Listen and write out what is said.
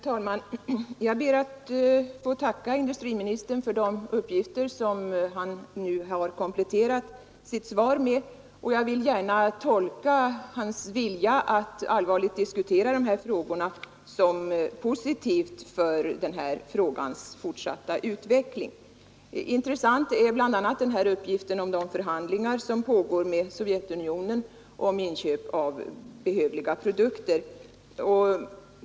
Herr talman! Jag ber att få tacka industriministern för de uppgifter som han nu har kompletterat sitt svar med, och jag vill gärna tolka hans vilja att allvarligt diskutera de här frågorna som positiv för deras fortsatta utveckling. Intressant är bl.a. uppgiften att förhandlingar pågår med Sovjetunionen om inköp av behövliga produkter.